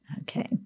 okay